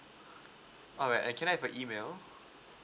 alright and can I have your email